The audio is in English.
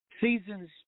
Seasons